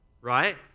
right